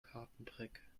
kartentrick